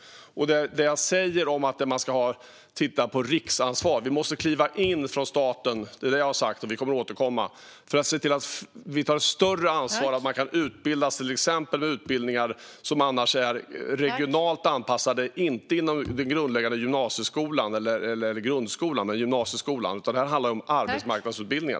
Jag har sagt att vi ska titta på riksansvar och att staten måste kliva in. Det här kommer vi att återkomma till för att ta ett större ansvar så att man till exempel kan gå utbildningar som annars är regionalt anpassade. Det handlar inte om den grundläggande gymnasieskolan eller grundskolan utan om arbetsmarknadsutbildningar.